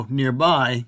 nearby